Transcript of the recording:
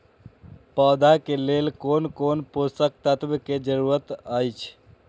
पौधा के लेल कोन कोन पोषक तत्व के जरूरत अइछ?